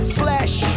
flesh